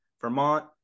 Vermont